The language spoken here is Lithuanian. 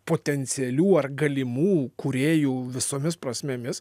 potencialių ar galimų kūrėjų visomis prasmėmis